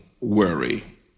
Worry